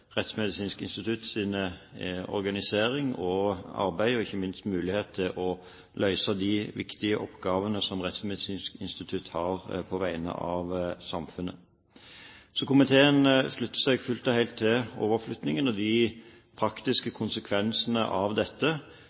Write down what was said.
Rettsmedisinsk institutts organisering og arbeid og ikke minst mulighet til å løse de viktige oppgavene som Rettsmedisinsk institutt har på vegne av samfunnet. Så komiteen slutter seg fullt og helt til overflyttingen og de praktiske konsekvensene av dette.